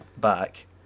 back